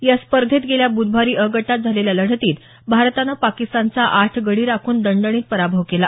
या स्पर्धेत गेल्या ब्रधवारी अ गटात झालेल्या लढतीत भारतानं पाकिस्तानचा आठ गडी राखून दणदणीत पराभव केला